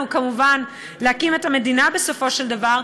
כמובן להקים את המדינה בסופו של דבר,